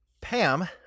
Pam